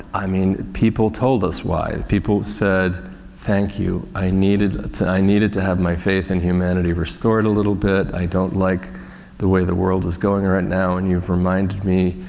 i mean, people told us why. people said thank you, i needed to, i needed to have my faith in humanity restored a little bit. i don't like the way the world is going right now, and you've reminded me,